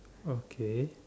okay